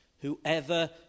Whoever